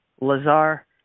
Lazar